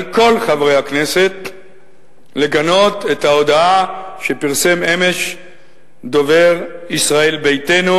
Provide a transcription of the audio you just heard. על כל חברי הכנסת לגנות את ההודעה שפרסם אמש דובר ישראל ביתנו,